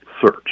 search